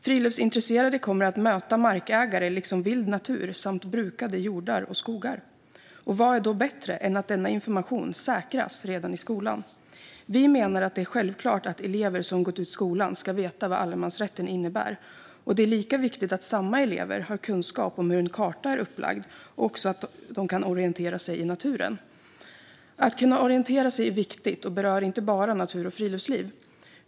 Friluftsintresserade kommer att möta markägare liksom vild natur samt brukade jordar och skogar. Och vad är då bättre än att denna information säkras redan i skolan? Vi menar att det är självklart att elever som gått ut skolan ska veta vad allemansrätten innebär - och det är lika viktigt att samma elever har kunskap om hur en karta är upplagd och också att de kan orientera sig i naturen. Att kunna orientera sig är viktigt och berör inte bara natur och friluftsliv.